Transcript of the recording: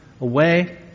away